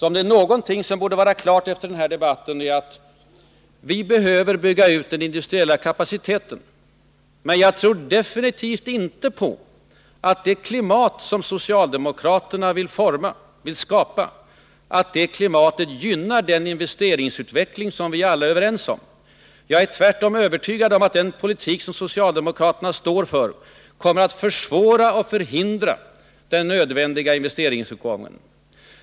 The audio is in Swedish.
Om det är någonting som borde vara klart efter den här debatten, så är det att vi behöver bygga ut den industriella kapaciteten. Men jag tror definitivt inte på att det klimat som socialdemokraterna vill skapa gynnar den investeringsutveckling som vi alla är överens om är nödvändig. Jag är tvärtom övertygad om att den politik som socialdemokraterna står för kommer att försvåra och förhindra den nödvändiga investeringsuppgången.